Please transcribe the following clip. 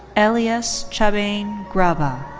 elyes chabane graba,